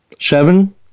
Seven